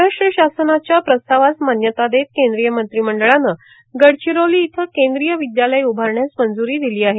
महाराष्ट्र शासनाच्या प्रस्तावास मान्यता देत केंद्रीय मंत्रिमंडळानं गडचिरोली इथं केंद्रीय विद्यालय उभारण्यास मंज्री दिली आहे